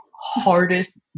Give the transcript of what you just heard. hardest